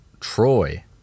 Troy